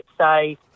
say